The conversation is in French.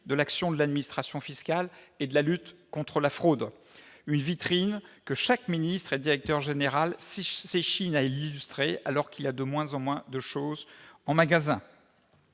de l'action de l'administration fiscale et de la lutte contre la fraude, une vitrine que chaque ministre et directeur général s'échinent à lustrer, alors qu'il y a de moins en moins de choses en magasin.